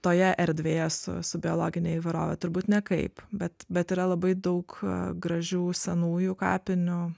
toje erdvėje su su biologine įvairove turbūt nekaip bet bet yra labai daug gražių senųjų kapinių